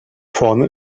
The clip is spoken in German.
vorne